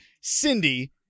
Cindy